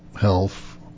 health